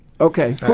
Okay